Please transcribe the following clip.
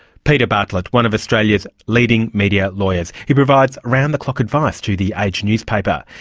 peter bartlett, one of australia's leading media lawyers. he provides round-the-clock advice to the age newspaper,